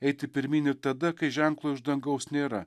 eiti pirmyn ir tada kai ženklo iš dangaus nėra